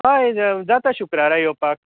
हय ज् जाता शुक्रारा योवपाक